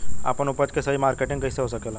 आपन उपज क सही मार्केटिंग कइसे हो सकेला?